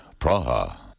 Praha